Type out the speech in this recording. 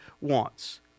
wants